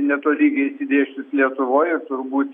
netolygiai išsidėsčius lietuvoj ir turbūt